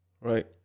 Right